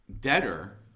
debtor